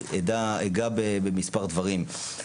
כשהן עוברות את שעות הקורסים האלה הן מקבלות שכר תוך כדי?